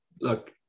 look